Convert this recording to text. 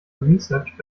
researched